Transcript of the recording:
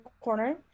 corner